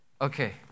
Okay